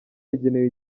yagenewe